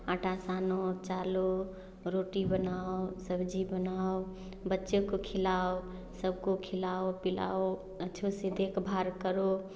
आटा छानो चलो रोटी बानाओ सब्ज़ी बानाओ बच्चे को खिलाओ सबको खिलाओ पीलाओ अच्छे से देखभाल करो